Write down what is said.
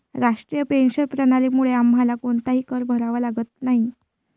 राष्ट्रीय पेन्शन प्रणालीमुळे आम्हाला कोणताही कर भरावा लागत नाही